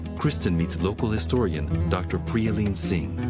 kristin meets local historian dr. priyaleen singh.